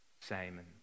Simon